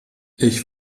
ich